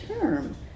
term